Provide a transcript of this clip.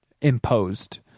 imposed